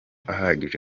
ahagije